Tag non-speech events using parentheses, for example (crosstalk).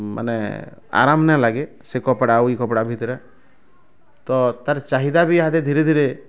ମାନେ ଆରମ୍ ନେଇ ଲାଗେ ସେ କପଡ଼ା ଆଉ ଏଇ କପଡ଼ା ଭିତରେ ତ ତାର୍ ଚାହିଦା ବି (unintelligible) ଧୀରେ ଧୀରେ